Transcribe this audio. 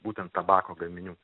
būtent tabako gaminių